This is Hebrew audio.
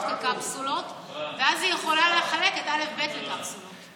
כקפסולות ואז היא יכולה לחלק את א'-ב' לקפסולות.